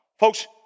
Folks